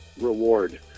reward